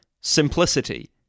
simplicity